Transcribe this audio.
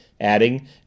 adding